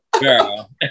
Girl